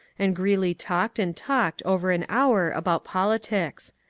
and grreeley talked and talked over an hour about politics.